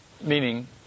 meaning